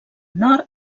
nord